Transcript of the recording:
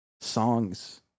songs